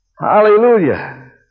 Hallelujah